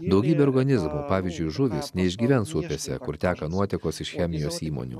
daugybė organizmų pavyzdžiui žuvys neišgyvens upėse kur teka nuotekos iš chemijos įmonių